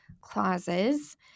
clauses